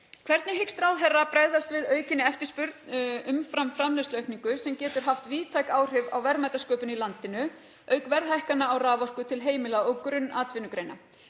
Hvernig hyggst ráðherra bregðast við aukinni eftirspurn umfram framleiðsluaukningu sem getur haft víðtæk áhrif á verðmætasköpun í landinu, auk verðhækkana á raforku til heimila og grunnatvinnugreina?